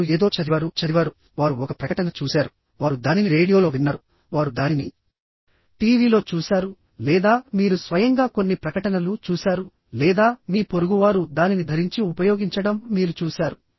వారు ఏదో చదివారు చదివారు వారు ఒక ప్రకటన చూశారు వారు దానిని రేడియోలో విన్నారు వారు దానిని టీవీలో చూశారు లేదా మీరు స్వయంగా కొన్ని ప్రకటనలు చూశారు లేదా మీ పొరుగువారు దానిని ధరించి ఉపయోగించడం మీరు చూశారు